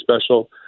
special